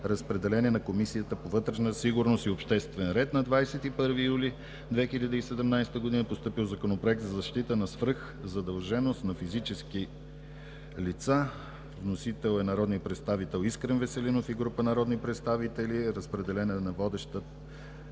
Разпределен е на Комисията по вътрешна сигурност и обществен ред. На 21 юли 2017 г. е постъпил Законопроект за защита на свръхзадълженост на физически лица. Вносител е народният представител Искрен Веселинов и група народни представители. Разпределена е на водеща